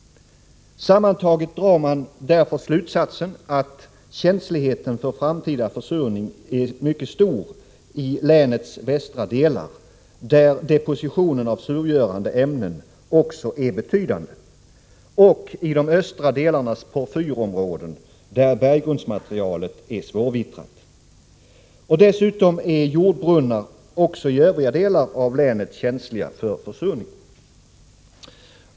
Sammantaget drar man därför slutsatsen att känsligheten för framtida försurning är mycket stor i länets västra delar, där depositionen av försurande ämnen också är betydande, och i de östra delarnas porfyrområden, där berggrundsmaterialet är svårvittrat. Dessutom är jordbrunnar också i övriga delar av länet känsliga för försurning.